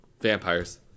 Vampires